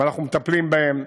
אנחנו מטפלים בהם.